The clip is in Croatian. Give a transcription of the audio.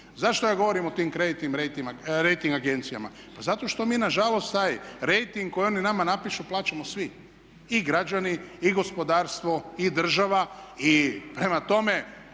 Zašto ja govorim o tim kreditnim rejting agencijama? Pa zato što mi na žalost taj rejting koji oni nama napišu plaćamo svi i građani i gospodarstvo i država i prema tome